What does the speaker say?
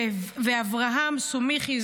ואת אברהם סומיכי,